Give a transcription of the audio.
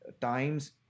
times